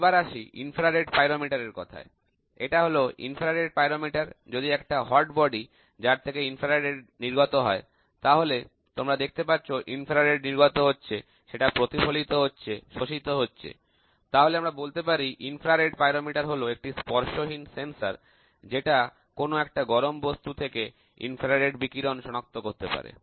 এবার আসি infrared pyrometer এর কথায় এটা হল একটা ইনফ্রারেড পাইরোমিটার যদি একটা হট বডি যার থেকে ইনফ্রারেড নির্গত হয় তাহলে তোমরা এখানে দেখতে পাচ্ছ ইনফ্রারেড নির্গত হচ্ছে সেটা প্রতিফলিত হচ্ছে শোষিত হচ্ছে তাহলে আমরা বলতে পারি ইনফ্রারেড পাইরোমিটার হলো একটি স্পর্শহীন সেন্সর যেটা কোন একটা গরম বস্তু থেকে ইনফ্রারেড বিকিরণ শনাক্ত করতে পারে